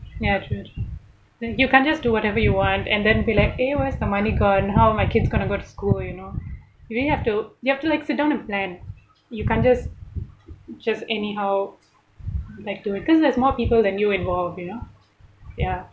ya true true then you can't just do whatever you want and then be like eh where is the money gone how are my kids going to go to school you know you really have to you have to like sit down and plan you can't just just anyhow like do it cause there's more people than you involved you know ya